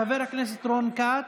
חבר הכנסת רון כץ,